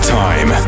time